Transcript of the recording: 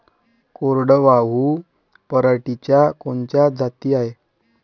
कोरडवाहू पराटीच्या कोनच्या जाती हाये?